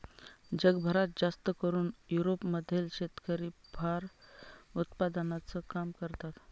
जगभरात जास्तकरून युरोप मधले शेतकरी फर उत्पादनाचं काम करतात